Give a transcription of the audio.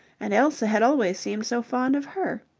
and elsa had always seemed so fond of her.